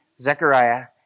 Zechariah